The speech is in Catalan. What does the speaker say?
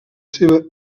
seva